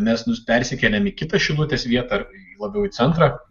mes nu persikėlėm į kitą šilutės vietą labiau į centrą